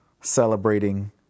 celebrating